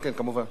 כן, כמובן.